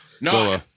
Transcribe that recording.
No